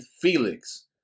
Felix